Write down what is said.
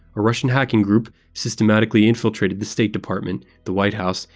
a russian hacking group systematically infiltrated the state department, the white house,